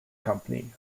company